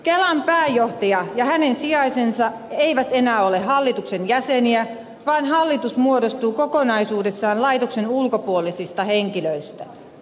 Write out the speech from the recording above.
kelan pääjohtaja ja hänen sijaisensa eivät enää ole hallituksen jäseniä vaan hallitus muodostuu kokonaisuudessaan laitoksen ulkopuolisista henkilöistä